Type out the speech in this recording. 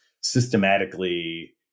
systematically